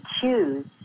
choose